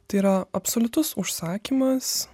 tai yra absoliutus užsakymas